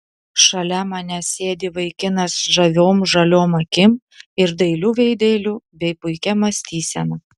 šalia manęs sėdi vaikinas žaviom žaliom akim ir dailiu veideliu bei puikia mąstysena